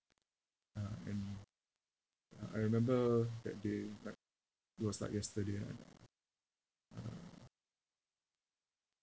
ah and uh I remember that day like it was like yesterday ah uh